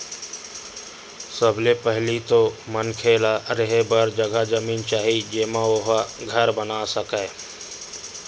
सबले पहिली तो मनखे ल रेहे बर जघा जमीन चाही जेमा ओ ह घर बना सकय